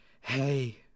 hey